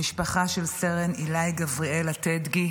המשפחה של סרן איליי גבריאל אטדגי